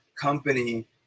company